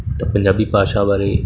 ਤਾਂ ਪੰਜਾਬੀ ਭਾਸ਼ਾ ਬਾਰੇ